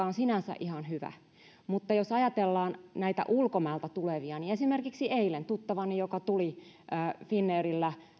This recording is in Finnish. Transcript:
on sinänsä ihan hyvä mutta jos ajatellaan näitä ulkomailta tulevia niin esimerkiksi eilen tuttavani joka tuli finnairilla